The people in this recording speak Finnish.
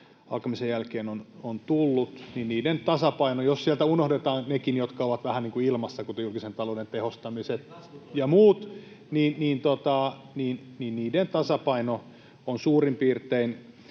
alkamisen jälkeen ovat tulleet, niin niiden tasapaino — jos sieltä unohdetaan nekin, jotka ovat vähän niin kuin ilmassa, kuten julkisen talouden tehostamiset ja muut — [Petteri Orpo: Miten